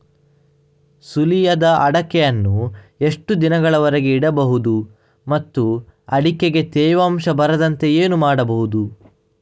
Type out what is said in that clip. ಸುಲಿಯದ ಅಡಿಕೆಯನ್ನು ಎಷ್ಟು ದಿನಗಳವರೆಗೆ ಇಡಬಹುದು ಮತ್ತು ಅಡಿಕೆಗೆ ತೇವಾಂಶ ಬರದಂತೆ ಏನು ಮಾಡಬಹುದು?